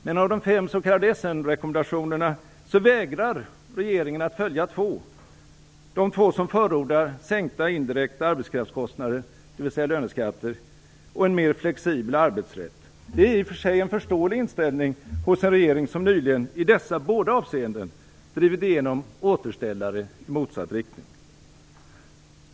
Men av de fem s.k. Essenrekommendationerna vägrar regeringen att följa två, nämligen de två som förordar sänkta indirekta arbetskraftskostnader, dvs. löneskatter, och en mer flexibel arbetsrätt. Det är i och för sig en förståelig inställning hos en regering som nyligen i dessa båda avseenden drivit igenom återställare i motsatt riktning.